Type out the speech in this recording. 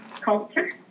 culture